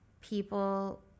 people